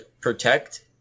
Protect